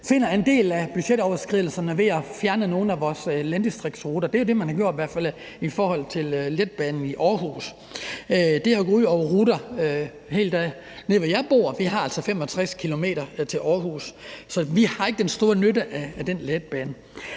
til en del af budgetoverskridelserne ved at fjerne nogle af vores landdistriktsruter. Det er jo i hver fald det, man har gjort i forhold til letbanen i Aarhus, og det er gået ud over nogle ruter, der er helt dernede, hvor jeg bor, og vi har altså 65 km til Aarhus. Så vi har ikke den store nytte af den letbane.